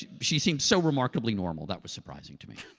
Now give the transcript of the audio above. she seemed so remarkably normal. that was surprising to me.